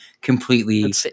completely